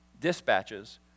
dispatches